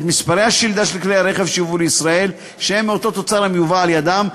את מספרי השלדה של כלי רכב שיובאו לישראל שהם מאותו תוצר המיובא על-ידם,